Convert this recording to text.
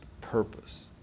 purpose